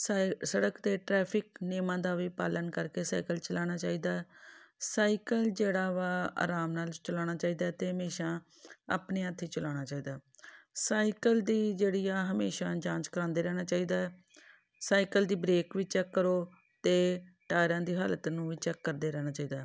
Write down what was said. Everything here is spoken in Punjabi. ਸਾਈ ਸੜਕ 'ਤੇ ਟਰੈਫਿਕ ਨਿਯਮਾਂ ਦਾ ਵੀ ਪਾਲਣ ਕਰਕੇ ਸਾਈਕਲ ਚਲਾਉਣਾ ਚਾਹੀਦਾ ਸਾਈਕਲ ਜਿਹੜਾ ਵਾ ਆਰਾਮ ਨਾਲ ਚਲਾਉਣਾ ਚਾਹੀਦਾ ਅਤੇ ਹਮੇਸ਼ਾ ਆਪਣੇ ਹੱਥ ਚਲਾਉਣਾ ਚਾਹੀਦਾ ਸਾਈਕਲ ਦੀ ਜਿਹੜੀ ਆ ਹਮੇਸ਼ਾ ਜਾਂਚ ਕਰਾਉਂਦੇ ਰਹਿਣਾ ਚਾਹੀਦਾ ਹੈ ਸਾਈਕਲ ਦੀ ਬ੍ਰੇਕ ਵੀ ਚੈੱਕ ਕਰੋ ਅਤੇ ਟਾਇਰਾਂ ਦੀ ਹਾਲਤ ਨੂੰ ਵੀ ਚੈੱਕ ਕਰਦੇ ਰਹਿਣਾ ਚਾਹੀਦਾ ਹੈ